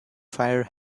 fire